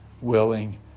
willing